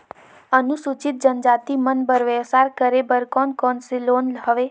अनुसूचित जनजाति मन बर व्यवसाय करे बर कौन कौन से लोन हवे?